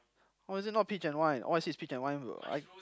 how is it not peach and wine all I see is peach and wine